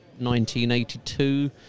1982